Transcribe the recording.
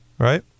Right